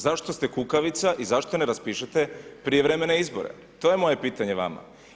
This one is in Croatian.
Zašto ste kukavica i zašto ne raspišete prijevremene izbore, to je moje pitanje vama.